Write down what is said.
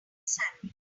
sandwich